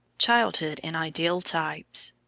childhood in ideal types.